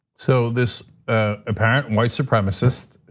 so this ah apparent white supremacist,